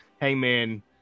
Hangman